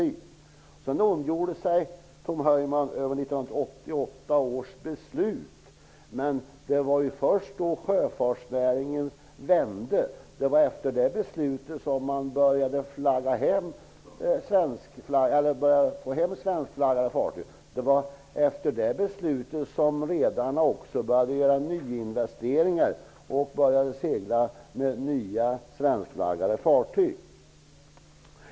Sedan ondgjorde sig Tom Heyman över 1988 års beslut. Men det var ju först då det vände för sjöfartsnäringen. Det var efter det beslutet som man började få hem svenskflaggade fartyg. Det var efter det beslutet redarna började göra nyinvesteringar och började segla med nya, svenskflaggade fartyg.